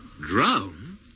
Drown